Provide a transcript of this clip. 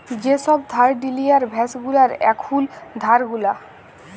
যে সব থার্ড ডালিয়ার ড্যাস গুলার এখুল ধার গুলা